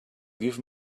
give